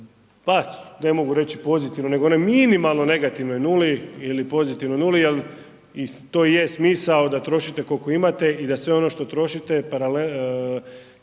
pa, ne mogu reći pozitivnoj nego ona minimalno negativnoj 0 ili pozitivnoj 0 jer i to je smisao da trošite koliko imate i da sve ono što trošite se